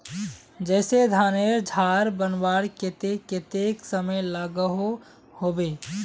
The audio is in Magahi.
जैसे धानेर झार बनवार केते कतेक समय लागोहो होबे?